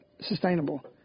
sustainable